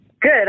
Good